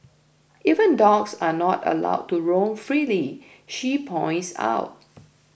even dogs are not allowed to roam freely she points out